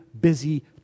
busy